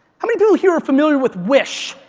how many people here are familiar with wish,